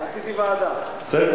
רציתי ועדה.